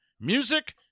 music